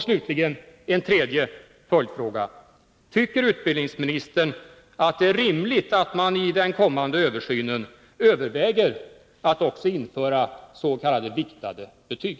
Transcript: Slutligen har jag en tredje följdfråga: Tycker utbildningsministern att det är rimligt att man i den kommande översynen överväger att också införa s.k. viktade betyg?